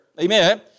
Amen